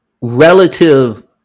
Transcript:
relative